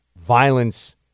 violence